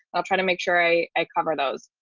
i'll try to make sure i i cover those.